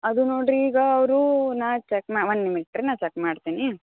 ಅದು ನೋಡಿರಿ ಈಗ ಅವರೂ ನಾನು ಚೆಕ್ನ ಒನ್ ನಿಮಿಟ್ ರೀ ನಾನು ಚೆಕ್ ಮಾಡ್ತೀನಿ